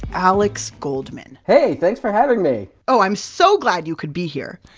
alex goldman hey! thanks for having me! oh, i'm so glad you could be here!